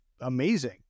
amazing